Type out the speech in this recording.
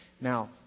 Now